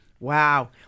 Wow